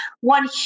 One